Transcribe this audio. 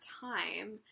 time